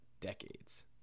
decades